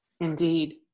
Indeed